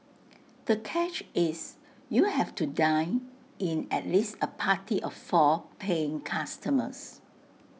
the catch is you have to dine in at least A party of four paying customers